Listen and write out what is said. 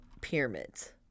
pyramids